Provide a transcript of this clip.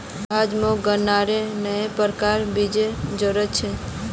अब मोक गन्नार नया प्रकारेर बीजेर जरूरत छ